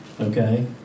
Okay